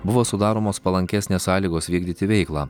buvo sudaromos palankesnės sąlygos vykdyti veiklą